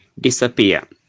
disappear